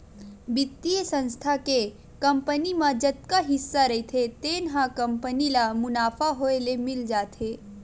बित्तीय संस्था के कंपनी म जतका हिस्सा रहिथे तेन ह कंपनी ल मुनाफा होए ले मिल जाथे